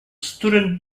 student